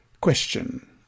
Question